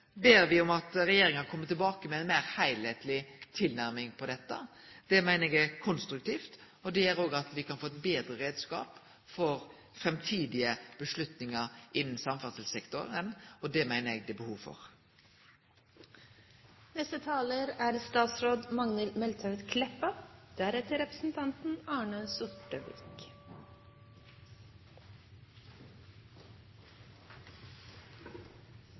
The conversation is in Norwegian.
ber me om at regjeringa kjem tilbake med ei meir heilskapleg tilnærming til dette. Det meiner eg er konstruktivt, og det gjer óg at me kan få ein betre reiskap for framtidige avgjerder innanfor samferdselssektoren. Det meiner eg det er behov for. Når vi skal ta avgjerder om investeringar i transportinfrastrukturen, er